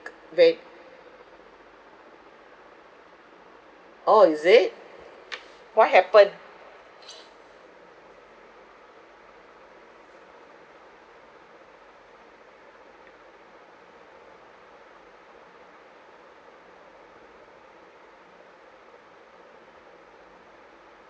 they orh is it what happen